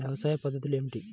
వ్యవసాయ పద్ధతులు ఏమిటి?